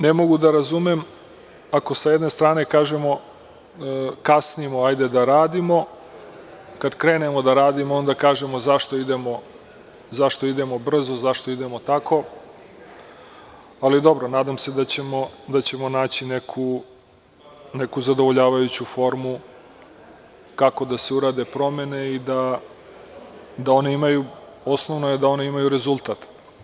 Ne mogu da razumem ako sa jedne strane kažemo – kasnimo, hajde da radimo, kad krenemo da radimo, onda kažemo zašto idemo brzo, zašto idemo tako, ali dobro, nadam se da ćemo naći neku zadovoljavajuću formu kako da se urade promene i osnovno je da one imaju rezultat.